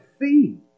see